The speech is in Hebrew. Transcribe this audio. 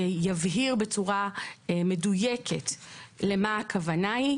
שיבהיר בצורה מדויקת למה הכוונה.